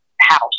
house